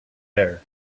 air